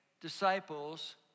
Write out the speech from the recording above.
disciples